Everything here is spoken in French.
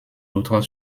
autre